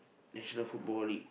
national football league